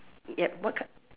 yup what k~